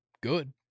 good